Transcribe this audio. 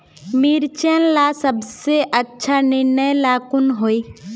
मिर्चन ला सबसे अच्छा निर्णय ला कुन होई?